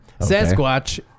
Sasquatch